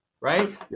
Right